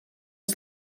los